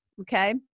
okay